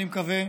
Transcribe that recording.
אני מקווה,